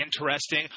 interesting